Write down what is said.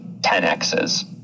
10Xs